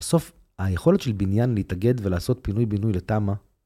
בסוף, היכולת של בניין להתאגד ולעשות פינוי בינוי לתמ"א...